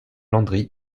landry